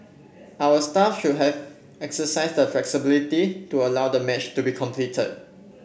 our staff should have exercised flexibility to allow the match to be completed